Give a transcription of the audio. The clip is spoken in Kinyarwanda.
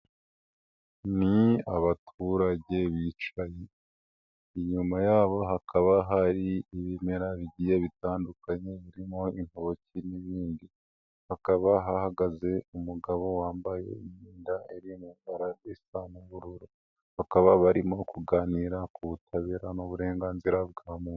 Ni abaturage bicaye. Inyuma yabo hakaba hari ibimera bibiri bitandukanye birimo intoki n'ibindi. Hakaba hahagaze umugabo wambaye imyenda, bakaba barimo kuganira ku butabera n'uburenganzira bwa muntu.